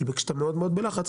כשאתה מאוד בלחץ,